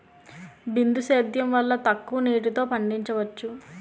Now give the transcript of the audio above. బిందు సేద్యం వల్ల తక్కువ నీటితో పండించవచ్చు